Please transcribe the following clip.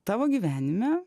tavo gyvenime